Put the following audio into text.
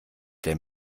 der